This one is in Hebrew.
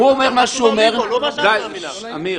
דבי,